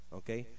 okay